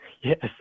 Yes